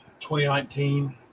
2019